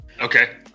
Okay